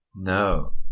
No